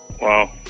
Wow